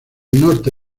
norte